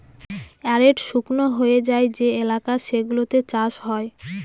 arid শুকনো হয়ে যায় যে এলাকা সেগুলোতে চাষ হয়